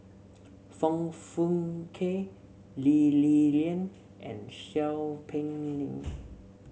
Foong Fook Kay Lee Li Lian and Seow Peck Leng